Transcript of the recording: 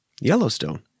Yellowstone